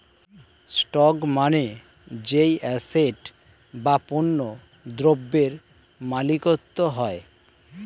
stock মানে যেই asset বা পণ্য দ্রব্যের মালিকত্ব হয়